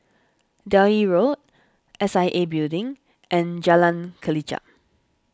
Delhi Road S I A Building and Jalan Kelichap